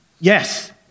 Yes